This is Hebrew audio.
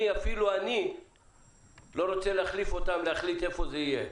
אפילו אני לא רוצה להחליף אותם להחליט איפה זה יהיה.